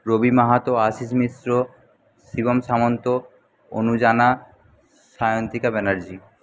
Rabi Mahato Ashis Mishra Shibam Samanta Anu Jana Sayantika Banerjee